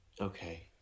Okay